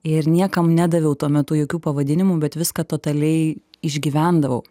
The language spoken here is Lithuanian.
ir niekam nedaviau tuo metu jokių pavadinimų bet viską totaliai išgyvendavau